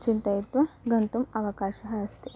चिन्तयित्वा गन्तुम् अवकाशः अस्ति